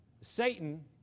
Satan